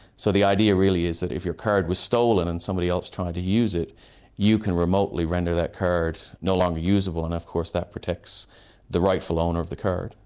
so the idea really is that is if your card was stolen and somebody else tried to use it you can remotely render that card no longer usable and of course that protects the rightful owner of the card.